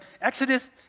Exodus